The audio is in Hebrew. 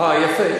אה, יפה.